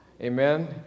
amen